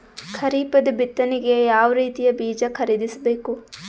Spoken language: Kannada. ಖರೀಪದ ಬಿತ್ತನೆಗೆ ಯಾವ್ ರೀತಿಯ ಬೀಜ ಖರೀದಿಸ ಬೇಕು?